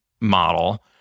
model